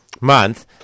month